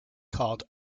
called